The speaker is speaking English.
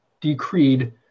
decreed